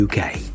UK